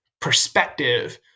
perspective